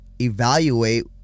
evaluate